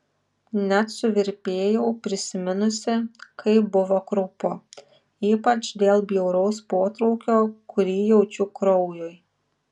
net suvirpėjau prisiminusi kaip buvo kraupu ypač dėl bjauraus potraukio kurį jaučiu kraujui